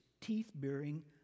teeth-bearing